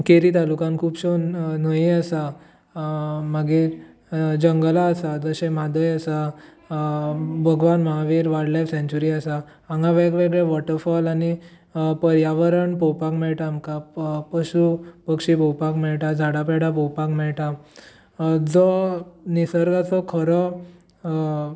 केरी तालुक्यांत खुबश्यो न्हंयो आसात मागीर जंगलां आसात जशे म्हादय आसा Bhagwan Mahavir wildlife sanctuary आसा हांगा वेगवेगळे वाॅटरफाॅल आनी पर्यावरण पळोवपाक मेळटा आमकां पशु पक्षी पळोवपाक मेळटात झाडां पेडां पळोवपाक मेळटात जो निसर्गाचो खरो